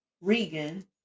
regan